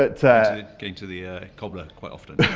ah going to the cobbler quite often.